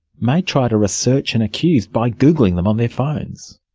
may try to research an accused by googling them on their phones.